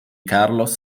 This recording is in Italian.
carlos